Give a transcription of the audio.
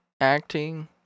acting